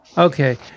Okay